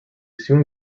soon